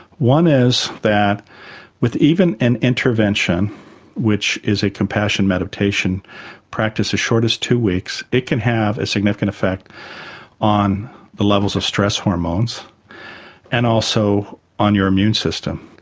one is that with even an intervention which is a compassion meditation practice as short as two weeks, it can have a significant effect on the levels of stress hormones and also on your immune system.